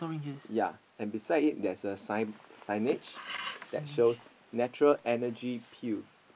ya and beside it there's a sign signage that shows natural Energy Pills